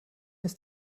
ist